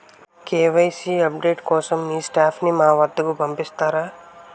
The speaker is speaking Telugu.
కే.వై.సీ అప్ డేట్ కోసం మీ స్టాఫ్ ని మా వద్దకు పంపిస్తారా?